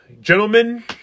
gentlemen